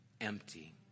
empty